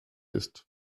ist